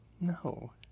No